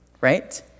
right